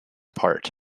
part